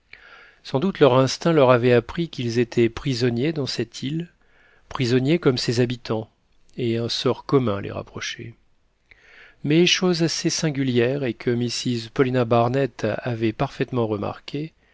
sans doute leur instinct leur avait appris qu'ils étaient prisonniers dans cette île prisonniers comme ses habitants et un sort commun les rapprochait mais chose assez singulière et que mrs paulina barnett avait parfaitement remarquée